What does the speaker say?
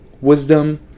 wisdom